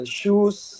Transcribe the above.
shoes